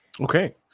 Okay